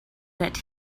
that